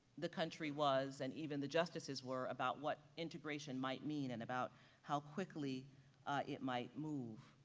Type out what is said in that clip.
the country was and even the justices were about what integration might mean and about how quickly it might move.